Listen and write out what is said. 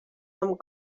amb